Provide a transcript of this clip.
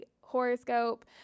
horoscope